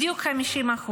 בדיוק 50%